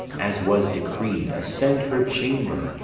as was decreed, ascend her chamber,